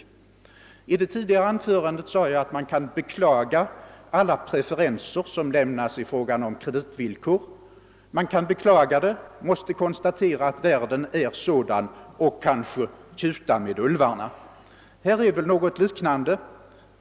Jag sade i mitt tidigare anförande att man kan beklaga alla preferenser som lämnas i form av kreditvillkor, men vi måste konstatera att världen är sådan, och kanske måste vi tjuta med ulvarna. I detta fall är det något liknande.